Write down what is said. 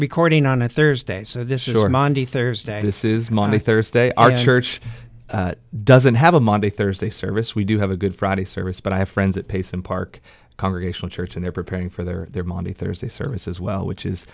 recording on a thursday so this is your monday thursday this is monday thursday our church doesn't have a monday thursday service we do have a good friday service but i have friends at pase and park congregational church and they're preparing for their monday thursday service as well which is